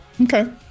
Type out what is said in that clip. Okay